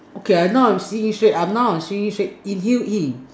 okay I now I'm sitting this way ah I'm sitting this way inhale in